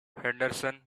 henderson